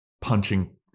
punching